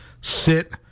sit